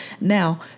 Now